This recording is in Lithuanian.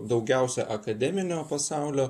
daugiausia akademinio pasaulio